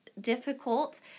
difficult